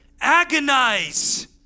Agonize